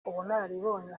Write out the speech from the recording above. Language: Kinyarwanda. ubunararibonye